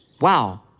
Wow